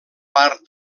part